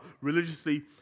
religiously